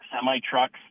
semi-trucks